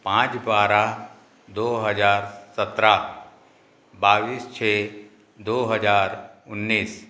पाँच बारह दो हज़ार सत्रह बाईस छ दो हज़ार उन्नीस